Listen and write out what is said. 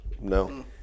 No